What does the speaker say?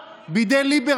פעם לא אהבו